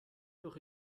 doch